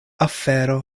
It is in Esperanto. afero